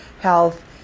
health